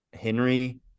Henry